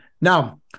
Now